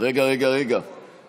רגע, רגע, רגע.